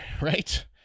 right